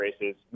races